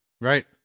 Right